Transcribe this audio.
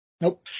Nope